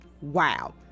Wow